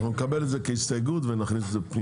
אנחנו נקבל את זה כהסתייגות ונכניס את זה פנימה.